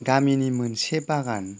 गामिनि मोनसे बागान